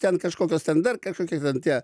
ten kažkokios ten dar kažkokie ten tie